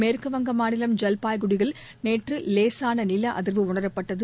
மேற்குவங்க மாநிலம் ஜல்பைகுரியில் நேற்று லேசான நில அதிர்வு உணரப்பட்டது